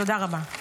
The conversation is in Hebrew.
תודה רבה.